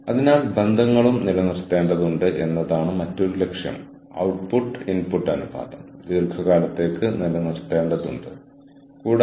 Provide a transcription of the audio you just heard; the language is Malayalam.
ഈ നെറ്റ്വർക്കിംഗിന്റെ ഫലമായി ഉണ്ടാകുന്ന പിരിമുറുക്കങ്ങൾ ആന്തരിക തൊഴിൽ പ്രാക്ടീസ് ഇക്വിറ്റി സ്ഥാപിക്കൽ ആണ്